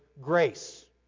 grace